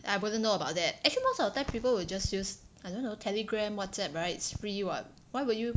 I wouldn't know about that actually most of the time people will just use I don't know Telegram Whatsapp right it's free [what] why would you